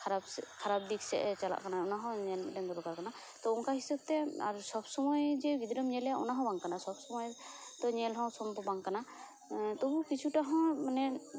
ᱠᱷᱟᱨᱟᱯ ᱥᱮᱫ ᱠᱷᱟᱨᱟᱯ ᱫᱤᱠ ᱥᱮᱡ ᱮ ᱪᱟᱞᱟᱜ ᱠᱟᱱᱟ ᱚᱱᱟ ᱦᱚᱸ ᱧᱮᱞ ᱢᱤᱫᱴᱮᱱ ᱫᱚᱨᱠᱟᱨ ᱠᱟᱱᱟ ᱛᱚ ᱚᱱᱠᱟ ᱦᱤᱥᱟᱹᱵᱽ ᱛᱮ ᱟᱨ ᱥᱚᱵᱽ ᱥᱚᱢᱚᱭ ᱡᱮ ᱜᱤᱫᱽᱨᱟᱹ ᱟᱢ ᱧᱮᱞᱮᱭᱟ ᱚᱱᱟ ᱦᱚᱸ ᱵᱟᱝ ᱠᱟᱱᱟ ᱥᱚᱵᱽ ᱥᱚᱢᱚᱭ ᱛᱚ ᱧᱮᱞ ᱦᱚᱸ ᱥᱚᱢᱵᱷᱚᱵᱽ ᱵᱟᱝ ᱠᱟᱱᱟ ᱛᱚᱵᱩᱣ ᱠᱤᱪᱷᱩᱴᱟ ᱦᱚᱸ ᱢᱟᱱᱮ